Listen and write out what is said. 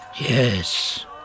Yes